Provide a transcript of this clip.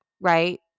right